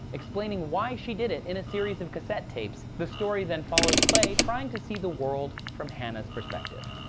explaining why she did it in a series of cassette tapes. the story then follows clay trying to see the world from hannah's perspective.